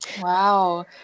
Wow